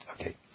Okay